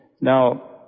Now